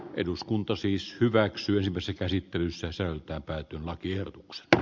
eduskunta siis hyväksyy nimesi käsittelyssä säilyttää päätyi lakiehdotuksesta